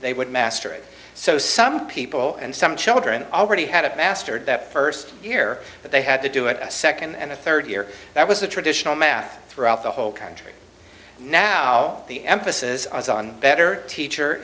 they would mastery so some people and some children already had it mastered that first year but they had to do it a second and the third year that was the traditional math throughout the whole country now the emphasis on better teacher